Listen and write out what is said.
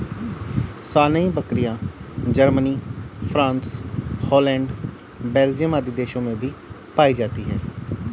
सानेंइ बकरियाँ, Germany, France, Holland, Belgium आदि देशों में भी पायी जाती है